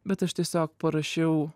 bet aš tiesiog parašiau